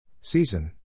Season